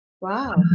wow